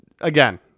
again